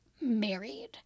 married